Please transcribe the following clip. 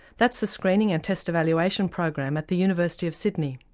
that's the screening and test evaluation program at the university of sydney.